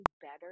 better